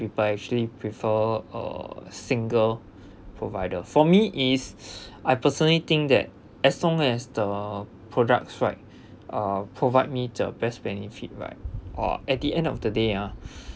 people actually prefer uh single provider for me is I personally think that as long as the products right uh provide me the best benefit right uh at the end of the day ah